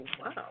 wow